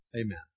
Amen